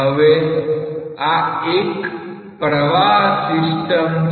હવે આ એક પ્રવાહ સિસ્ટમ છે